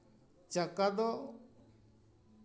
ᱪᱟᱠᱟ ᱫᱚ